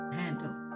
handle